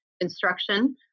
instruction